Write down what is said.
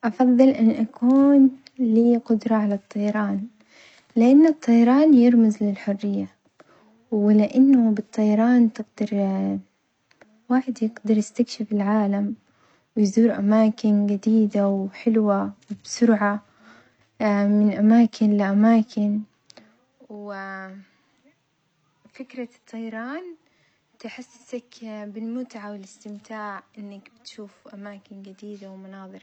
أفظل إني أكون لي قدرة على الطيران لأن الطيران يرمز للحرية ولأنه بالطيران تقدر الواحد يقدر يستكشف العالم، ويزور أماكن جدديدة وحلوة وبسرعة من أماكن لأماكن وفكر الطيران تحسسك بالمتعة والإستمتاع إنك بتشوف أماكن جديدة ومناظر حلوة.